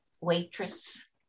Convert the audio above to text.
waitress